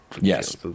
Yes